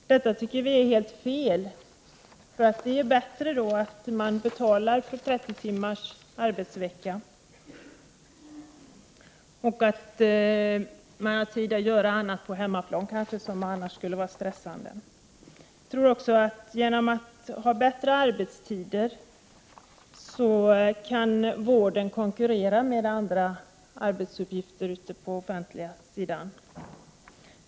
13 december 1988 Detta tycker vi är helt fel. Det är då bättre att betala för 30 timmars arbetsvecka och att de anställda har tid att göra annat på hemmaplan som annars skulle vara stressande. Med bättre arbetstider tror jag att vården kan konkurrera med andra arbetsuppgifter på den offentliga sidan.